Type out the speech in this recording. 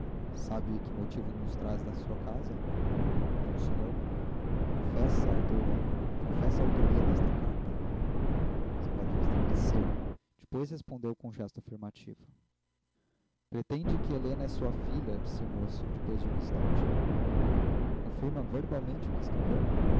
sabe que motivo nos traz à sua casa não senhor confessa a autoria desta carta salvador estremeceu depois respondeu com um gesto afirmativo pretende que helena é sua filha disse o moço depois de um instante confirma verbalmente o que escreveu